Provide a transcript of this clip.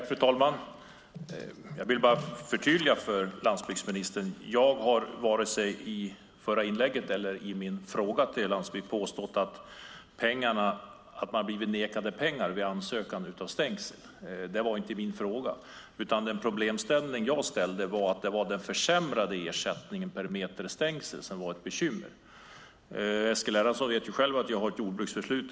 Fru talman! Jag vill förtydliga för landsbygdsministern och säga att jag varken i förra inlägget eller i min fråga till ministern påstått att någon vid ansökan om pengar till stängsel blivit nekad detta. Det var inte med i min fråga. Det problem jag tog upp var att den försämrade ersättningen per meter stängsel är ett bekymmer. Eskil Erlandsson vet själv att jag har ett jordbruksförflutet.